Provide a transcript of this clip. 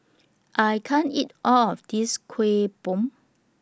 I can't eat All of This Kuih Bom